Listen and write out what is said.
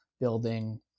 building